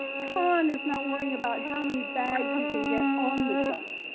con is not worrying about how many bags you can get on the shuttle.